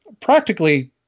practically